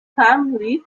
family